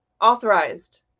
authorized